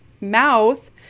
mouth